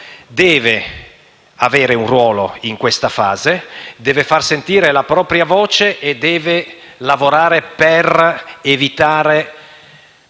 deve avere un ruolo in questa fase, deve far sentire la propria voce e deve lavorare per evitare